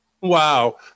Wow